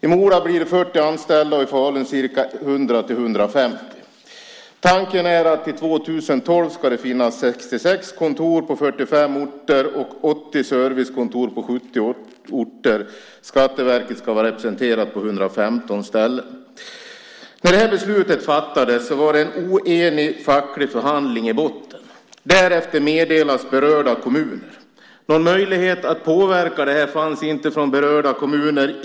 I Mora blir det 40 anställda och i Falun 100-150. Tanken är att det till 2012 ska finnas 66 kontor på 45 orter och 80 servicekontor på 70 orter. Skatteverket ska vara representerat på 115 ställen. När det här beslutet fattades var det en oenig facklig förhandling i botten. Därefter meddelades berörda kommuner. Någon möjlighet att påverka det här fanns inte för berörda kommuner.